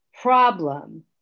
Problem